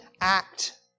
act